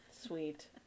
Sweet